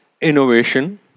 innovation